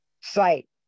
sight